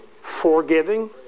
forgiving